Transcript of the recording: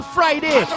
Friday